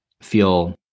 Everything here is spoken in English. feel